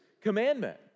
commandment